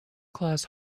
class